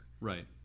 Right